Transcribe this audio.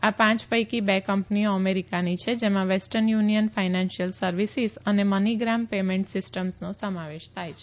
આ પાંચ પૈકી બે કંપનીઓ અમેરીકાની છે જેમાં વેસ્ટર્ન યુનીયન ફાયનાન્સીયલ સર્વીસીસ અને મની ગ્રામ પેમેન્ટ સિસ્ટમસનો સમાવેશ થાય છે